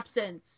absence